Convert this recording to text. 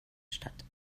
statt